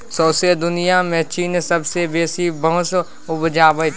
सौंसे दुनियाँ मे चीन सबसँ बेसी बाँस उपजाबै छै